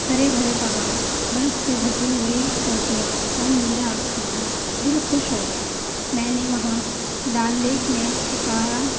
ہرے بھرے پہاڑ برف سے ڈھکے ہوئے چوٹیاں اور نیلا آسمان دل خوش ہو گیا میں نے وہاں ڈال لیک میں شکارہ